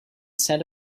scent